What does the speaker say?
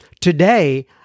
Today